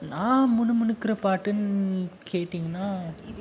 நான் முணுமுணுக்கிற பாட்டுனு கேட்டிங்ன்னால்